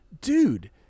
Dude